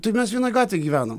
tai mes vienoj gatvėj gyvenam